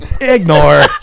Ignore